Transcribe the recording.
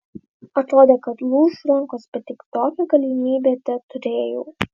atrodė kad lūš rankos bet tik tokią galimybę teturėjau